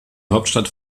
hauptstadt